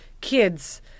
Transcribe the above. kids